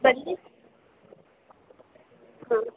ಬಂದು ಹಾಂ